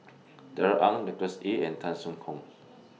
Darrell Ang Nicholas Ee and Tan Soo Khoon